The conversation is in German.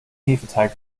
hefeteig